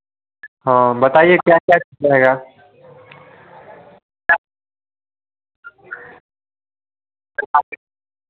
हाँ बताईए क्या क्या लगेगा